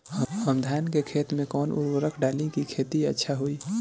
हम धान के खेत में कवन उर्वरक डाली कि खेती अच्छा होई?